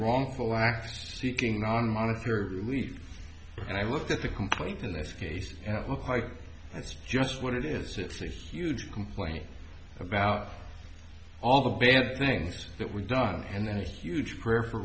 wrongful acts seeking non monetary relief and i looked at the complaint in this case and it looks like that's just what it is it's a huge complaint about all the bad things that we've done and then huge prayer for